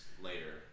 later